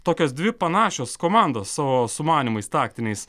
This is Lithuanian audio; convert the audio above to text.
tokios dvi panašios komandos savo sumanymais taktiniais